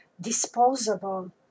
disposable